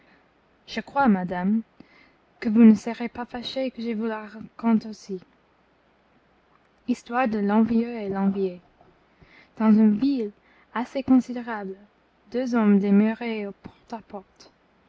je crois madame que vous ne serez pas fâchée que je vous la raconte aussi histoire de l'envieux et de l'envié dans une ville assez considérable deux hommes